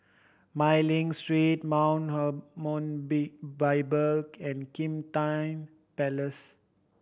Mei Ling Street Mount Her Bible and Kim Tian Palace